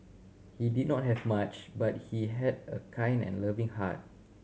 he did not have much but he had a kind and loving heart